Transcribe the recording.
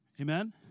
Amen